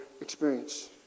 experience